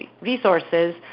resources